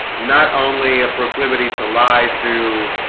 not only a proclivity to lie to